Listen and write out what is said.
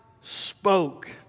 spoke